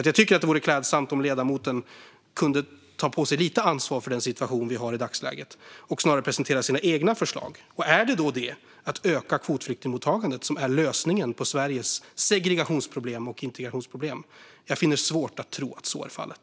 Jag tycker att det vore klädsamt om ledamoten kunde ta på sig lite ansvar för den situation vi har i dagsläget och snarare presentera sina egna förslag. Är det då ett ökat kvotflyktingmottagande som är lösningen på Sveriges segregations och integrationsproblem? Jag finner det svårt att tro att så är fallet.